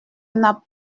n’a